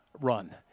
run